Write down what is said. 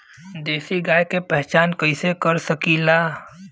देशी गाय के पहचान कइसे कर सकीला?